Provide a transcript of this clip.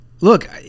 look